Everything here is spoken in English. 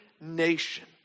nation